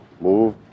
move